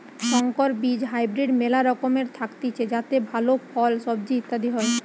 সংকর বীজ হাইব্রিড মেলা রকমের থাকতিছে যাতে ভালো ফল, সবজি ইত্যাদি হয়